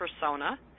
persona